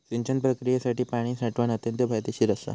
सिंचन प्रक्रियेसाठी पाणी साठवण अत्यंत फायदेशीर असा